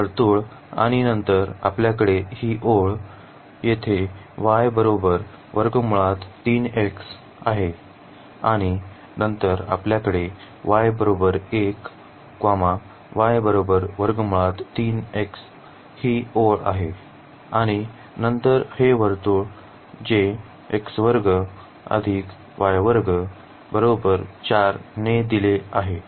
वर्तुळ आणि नंतर आपल्याकडे ही ओळ येथे आहे आणि नंतर आपल्याकडे y 1 ही ओळ आहे आणि नंतर हे वर्तुळ आहे जे दिले आहे